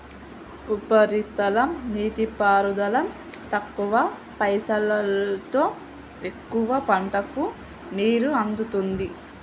ఉపరితల నీటిపారుదల తక్కువ పైసలోతో ఎక్కువ పంటలకు నీరు అందుతుంది